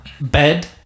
bed